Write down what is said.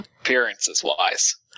appearances-wise